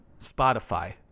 Spotify